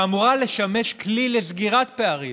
שאמורה לשמש כלי לסגירת פערים